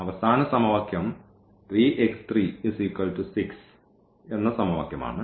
അവസാന സമവാക്യം എന്ന സമവാക്യം ആണ്